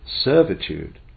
servitude